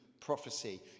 prophecy